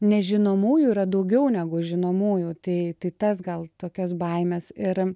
nežinomųjų yra daugiau negu žinomųjų tai tai tas gal tokias baimes ir